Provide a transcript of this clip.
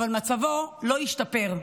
אבל מצבו לא השתפר,